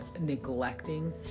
neglecting